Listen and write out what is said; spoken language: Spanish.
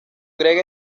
griega